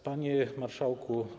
Panie Marszałku!